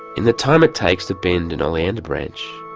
and the time it takes to bend an oleander branch